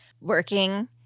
working